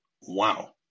Wow